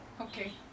Okay